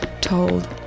told